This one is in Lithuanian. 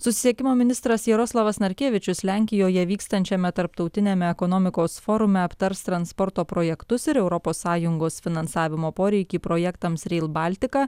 susisiekimo ministras jaroslavas narkevičius lenkijoje vykstančiame tarptautiniame ekonomikos forume aptars transporto projektus ir europos sąjungos finansavimo poreikį projektams rail baltica